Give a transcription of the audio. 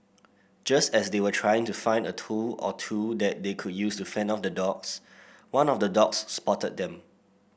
just as they were trying to find a tool or two that they could use to fend off the dogs one of the dogs spotted them